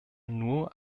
nur